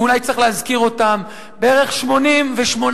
ואולי צריך להזכיר אותם: בערך 88,000